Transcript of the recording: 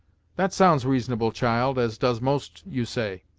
that sounds reasonable, child, as does most you say.